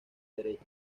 derecho